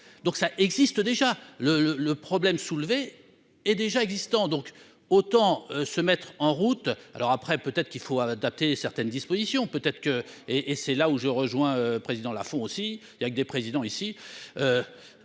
donc ça existe déjà le le le problème soulevé et déjà existants, donc autant se mettre en route, alors après, peut-être qu'il faut adapter certaines dispositions peut-être que et et c'est là où je rejoins président là font aussi, il y a que des présidents ici,